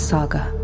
Saga